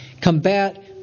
combat